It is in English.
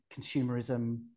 consumerism